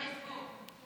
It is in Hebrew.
חוק הפייסבוק.